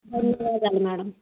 madam